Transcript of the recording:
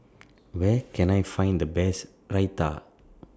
Where Can I Find The Best Raita